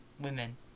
Women